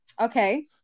okay